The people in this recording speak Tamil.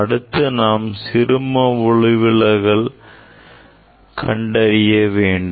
அடுத்து நாம் சிறும ஒளிவிலகலை கண்டறிய வேண்டும்